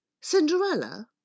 Cinderella